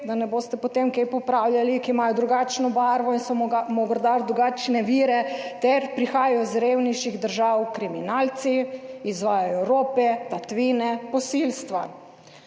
da ne boste potem kaj popravljali, ki imajo drugačno barvo in so morda v drugačne vere ter prihajajo iz revnejših držav, kriminalci, izvajajo rope, tatvine, posilstva.